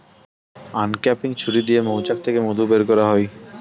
uncapping ছুরি দিয়ে মৌচাক থেকে মধু বের করা হয়